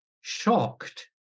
shocked